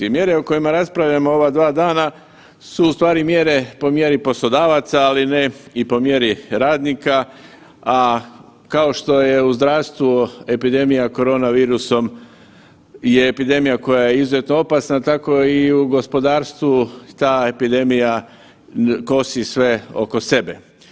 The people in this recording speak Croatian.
Mjere o kojima raspravljamo ova dva dana su u stvari mjere po mjeri poslodavaca, ali ne i po mjeri radnika, a kao što je u zdravstvu epidemija korona virusom je epidemija koja je izuzetno opasna tako i u gospodarstvu ta epidemija kosi sve oko sebe.